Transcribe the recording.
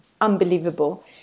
unbelievable